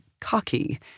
Cocky